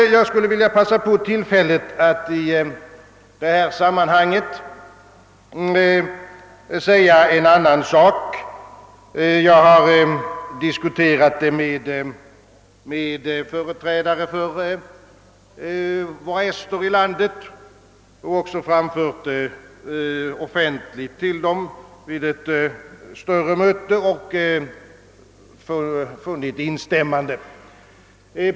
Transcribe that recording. Jag skulle emellertid vilja begagna detta tillfälle till att säga några ord även om en annan sak, som jag diskuterat med våra ester och framfört offentligt vid ett större möte med dem, varvid jag har fått instämmanden.